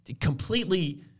completely –